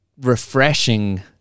refreshing